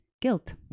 guilt